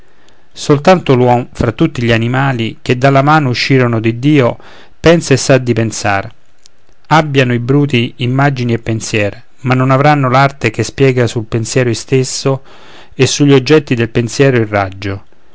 soltanto l'uom fra tutti gli animali che dalla mano uscirono di dio pensa e sa di pensar abbiano i bruti immagini e pensier ma non avranno l'arte che piega sul pensiero istesso e sugli oggetti del pensiero il raggio